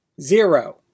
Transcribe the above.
Zero